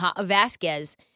Vasquez